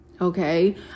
okay